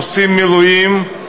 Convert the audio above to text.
עושים מילואים,